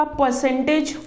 percentage